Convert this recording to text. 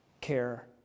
care